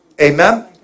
Amen